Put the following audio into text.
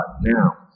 Now